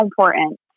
important